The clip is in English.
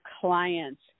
clients